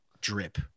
Drip